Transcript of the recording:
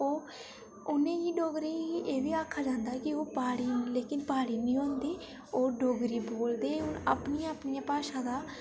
ओह् उं'नें डोगरी ही एह् बी आखन लेकिन प्हाड़ी निं होंदी ओह् डोगरी बोलदे अपनियां अपनियां भाशां होंदियां